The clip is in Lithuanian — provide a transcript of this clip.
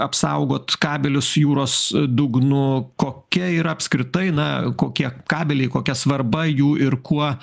apsaugot kabelius jūros dugnu kokia yra apskritai na kokie kabeliai kokia svarba jų ir kuo